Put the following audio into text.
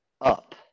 up